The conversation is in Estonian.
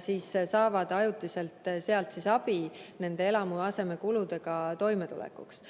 saavad niimoodi ajutiselt abi elamuasemekuludega toimetulekuks.